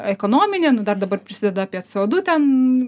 ekonominė nu dar dabar prisideda apie c o du ten